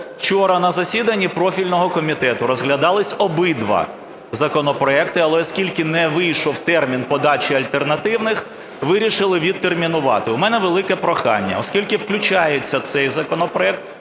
Вчора на засіданні профільного комітету розглядалися обидва законопроекти, але оскільки не вийшов термін подачі альтернативних – вирішили відтермінувати. У мене велике прохання, оскільки включається цей законопроект,